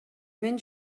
мен